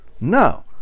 no